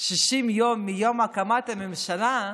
60 יום מיום הקמת הממשלה.